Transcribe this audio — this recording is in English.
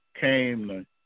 came